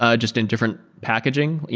ah just in different packaging.